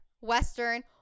Western